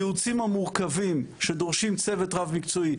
הייעוצים המורכבים שדורשים צוות רב-מקצועי,